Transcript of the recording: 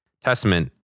testament